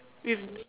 with